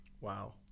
Wow